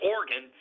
Oregon